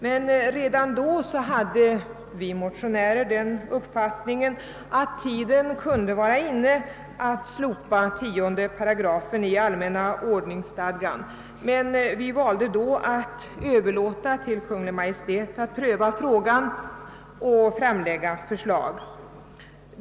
Men redan då hade vi motionärer den uppfattningen, att tiden kunde vara inne att slopa 10 § allmänna ordningsstadgan. Vi valde emellertid att överlåta till Kungl. Maj:t att pröva frågan och att framlägga förslag.